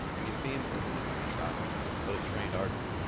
and yefim isn't a trained doctor but a trained artist.